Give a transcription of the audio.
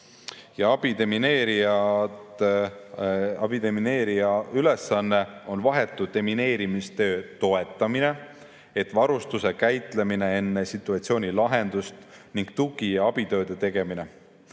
Abidemineerija ülesanne on vahetu demineerimistöö toetamine, varustuse käitlemine enne situatsiooni lahendust ning tugi- ja abitööde tegemine.